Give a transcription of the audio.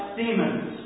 demons